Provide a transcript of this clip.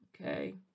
Okay